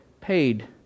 paid